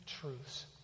truths